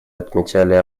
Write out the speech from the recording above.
отмечали